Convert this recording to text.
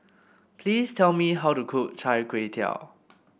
please tell me how to cook chai kway tow